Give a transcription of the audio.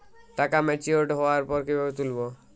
টাকা ম্যাচিওর্ড হওয়ার পর কিভাবে তুলব?